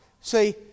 see